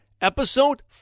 episode